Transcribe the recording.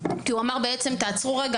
הוא אמר בעצם: תעצרו רגע,